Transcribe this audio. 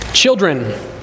Children